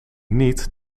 niet